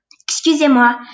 Excusez-moi